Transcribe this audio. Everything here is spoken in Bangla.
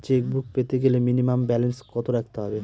চেকবুক পেতে গেলে মিনিমাম ব্যালেন্স কত রাখতে হবে?